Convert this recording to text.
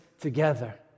together